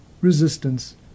resistance